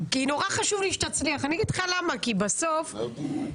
כולנו עצמאיים.